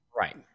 Right